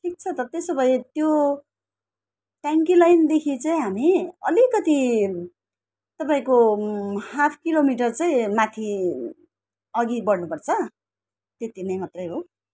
ठिक छ त त्यसो भए त्यो ट्याङ्कीलाइनदेखि चाहिँ हामी अलिकति तपाईँको हाफ किलोमिटर चाहिँ माथी अघि बढ्नुपर्छ त्यति नै मात्रै हो